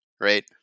Right